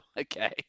okay